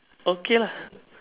okay lah